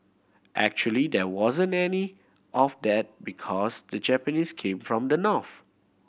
actually there wasn't any of that because the Japanese came from the north